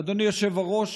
אדוני היושב-ראש: